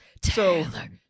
Taylor